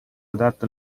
adatto